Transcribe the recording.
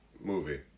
movie